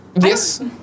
yes